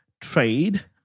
trade